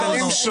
ברוך כישרונות.